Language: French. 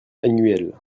annuel